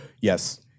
yes